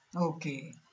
Okay